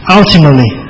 ultimately